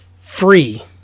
free